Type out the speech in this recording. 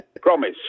promise